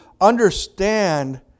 understand